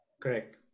Correct